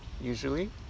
usually